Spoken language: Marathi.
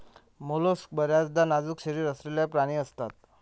मोलस्क बर्याचदा नाजूक शरीर असलेले प्राणी असतात